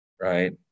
Right